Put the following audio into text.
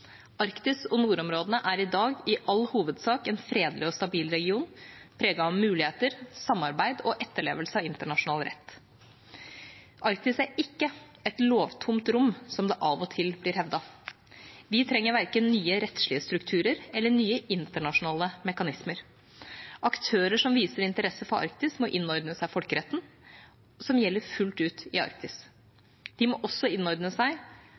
Arktis og nordområdene er i dag i all hovedsak en fredelig og stabil region, preget av muligheter, samarbeid og etterlevelse av internasjonal rett. Arktis er ikke et lovtomt rom, som det av og til blir hevdet. Vi trenger verken nye rettslige strukturer eller nye internasjonale mekanismer. Aktører som viser interesse for Arktis, må innordne seg folkeretten, som gjelder fullt ut i Arktis. De må også innordne seg